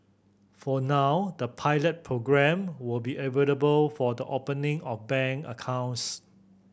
for now the pilot programme will be available for the opening of bank accounts